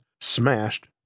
smashed